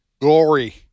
glory